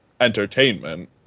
entertainment